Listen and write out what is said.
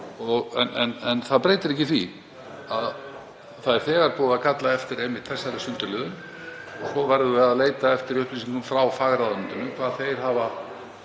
En það breytir ekki því að það er þegar búið að kalla eftir einmitt þessari sundurliðun. Svo verðum við að leita eftir upplýsingum frá fagráðuneytinu um hvað þeir hafa